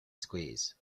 squeeze